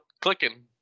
clicking